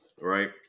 right